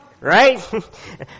Right